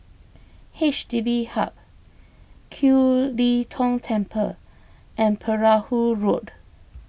H D B Hub Kiew Lee Tong Temple and Perahu Road